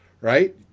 right